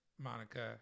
Monica